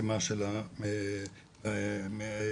מועצות מקומיות קורסות,